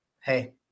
hey